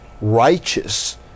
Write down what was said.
righteous